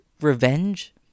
revenge